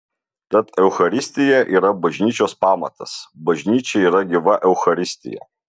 tad eucharistija yra bažnyčios pamatas bažnyčia yra gyva eucharistija